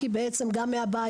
כי בעצם גם מהבית,